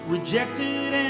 Rejected